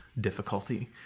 difficulty